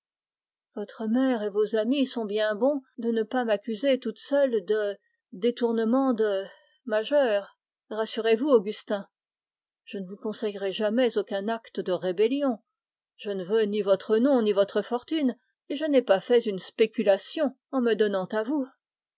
votre mère et vos amis sont bien bons de ne pas m'accuser toute seule de détournement de majeur rassurez-vous augustin je ne vous conseillerai jamais aucun acte de rébellion je ne veux ni votre nom ni votre fortune et je n'ai pas fait une spéculation en me donnant à vous